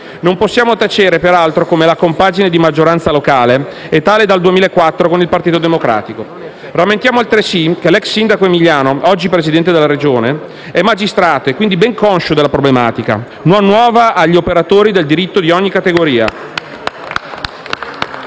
Non possiamo tacere, peraltro, come la compagine di maggioranza locale è la stessa dal 2004 con il Partito Democratico. Lamentiamo, altresì, che l'ex sindaco Emiliano, oggi Presidente della Regione, è magistrato e quindi ben conscio della problematica, non nuova agli operatori del diritto di ogni categoria.